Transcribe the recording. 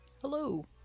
Hello